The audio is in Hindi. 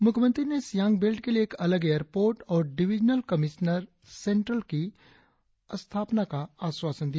मुख्यमंत्री ने सियांग बेल्ट के लिए एक अलग एयरपोर्ट और डिविजनल कमिश्नर सेन्ट्रल की स्थापना का आश्वासन दिया